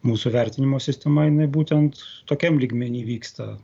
mūsų vertinimo sistema jinai būtent tokiam lygmeny vyksta